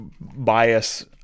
bias